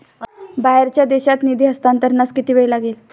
बाहेरच्या देशात निधी हस्तांतरणास किती वेळ लागेल?